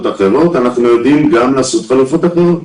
אחרות אנחנו יודעים לעשות חלופות אחרות,